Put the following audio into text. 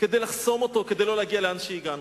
כדי לחסום אותו, כדי לא להגיע לאן שהגענו.